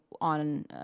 on